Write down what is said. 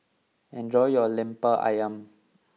enjoy your Lemper Ayam